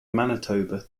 manitoba